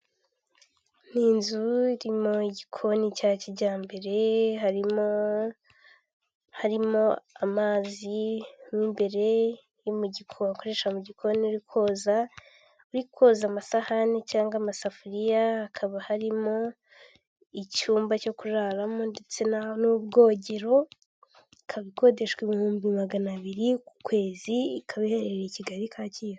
Ni inzu irimo gikoni cya kijyambere harimo harimo amazi n'imbere y'imu giko akoresha mu gikoni koza uri koza amasahani cyangwa amasafuriya hakaba harimo icyumba cyo kuraramo ndetse n'ubwogero ika ikodeshwa ibihumbi magana abiri ku kwezi, ikaba iherereye i kigali kacyiru.